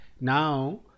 Now